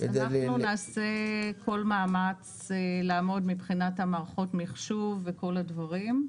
אנחנו נעשה כל מאמץ לעמוד מבחינת מערכות המחשוב וכל הדברים.